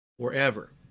forever